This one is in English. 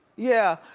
yeah,